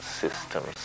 systems